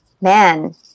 man